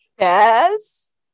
Yes